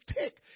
tick